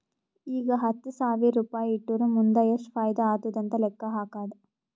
ಈಗ ಹತ್ತ್ ಸಾವಿರ್ ರುಪಾಯಿ ಇಟ್ಟುರ್ ಮುಂದ್ ಎಷ್ಟ ಫೈದಾ ಆತ್ತುದ್ ಅಂತ್ ಲೆಕ್ಕಾ ಹಾಕ್ಕಾದ್